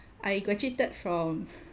I graduated from